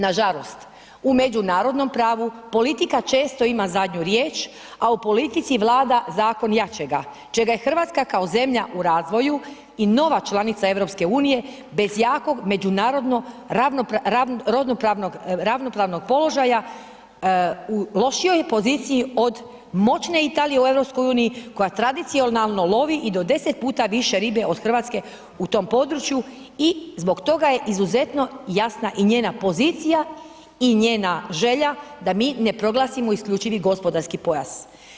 Nažalost, u međunarodnom pravu politika često ima zadnju riječ, a u politici vlada zakon jačega, čega je RH kao zemlja u razvoju i nova članica EU bez jakog međunarodno ravnopravnog položaja u lošijoj poziciji od moćne Italije u Europskoj uniji koja tradicionalno lovi i do deset puta više ribe od Hrvatske u tom području i zbog toga je izuzetno jasna i njena pozicija i njena želja da mi ne proglasimo isključivi gospodarski pojas.